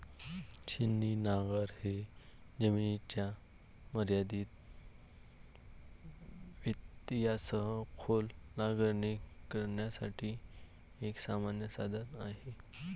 छिन्नी नांगर हे जमिनीच्या मर्यादित व्यत्ययासह खोल नांगरणी करण्यासाठी एक सामान्य साधन आहे